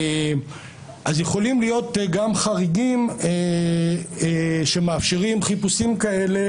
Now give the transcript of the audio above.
יכולים להיות גם חריגים שמאפשרים חיפושים כאלה